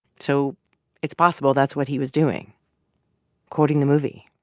so it's possible that's what he was doing quoting the movie.